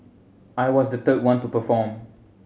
I was the third one to perform